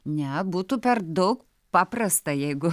ne būtų per daug paprasta jeigu